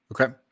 Okay